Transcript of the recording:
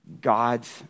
God's